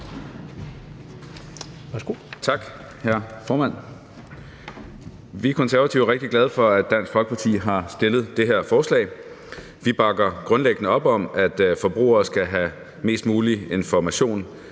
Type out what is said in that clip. Tak, hr. formand. Vi Konservative er rigtig glade for, at Dansk Folkeparti har fremsat det her forslag. Vi bakker grundlæggende op om, at forbrugere skal have mest mulig information